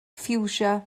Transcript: ffiwsia